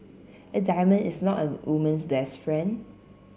a diamond is not a woman's best friend